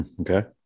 Okay